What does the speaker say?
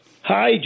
Hi